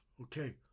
okay